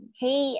hey